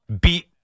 beat